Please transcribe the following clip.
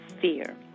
fear